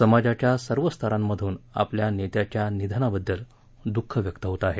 समाजाच्या सर्व स्तरांमधून आपल्या नेत्याच्या निधनाबद्दल दुःख व्यक्त होतं आहे